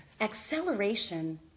acceleration